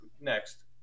next